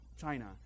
China